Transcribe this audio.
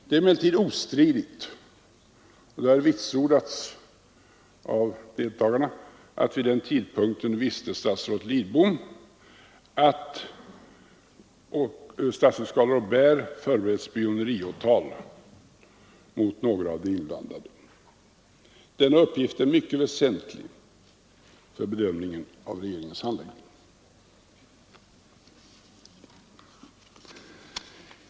Det är emellertid ostridigt, och det har vitsordats av deltagarna, att statsrådet Lidbom vid den tidpunkten visste att stadsfiskal Robért förberedde spioneriåtal mot några av de inblandade. Denna uppgift är mycket väsentlig för bedömningen av regeringens handläggning.